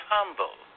humble